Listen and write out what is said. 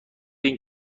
این